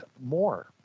more